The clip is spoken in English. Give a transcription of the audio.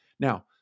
Now